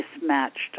mismatched